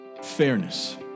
Fairness